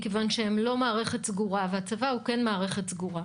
מכיוון שהם לא מערכת סגורה והצבא הוא כן מערכת סגורה.